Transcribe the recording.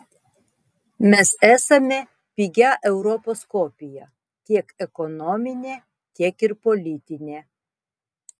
mes esame pigia europos kopija tiek ekonomine tiek ir politine